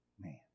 man